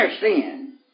sin